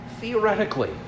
Theoretically